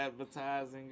advertising